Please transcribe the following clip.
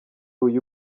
uyu